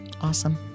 awesome